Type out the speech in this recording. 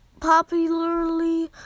popularly